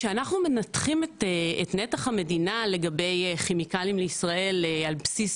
כשאנחנו מנתחים את נתח המדינה לגבי כימיקלים לישראל על בסיס,